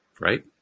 right